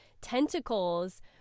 tentacles